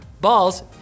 balls